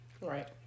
Right